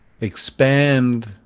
expand